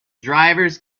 drivers